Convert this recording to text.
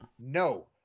No